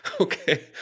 Okay